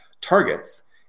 targets